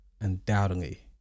undoubtedly